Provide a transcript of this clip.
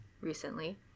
recently